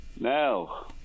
Now